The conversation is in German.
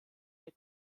der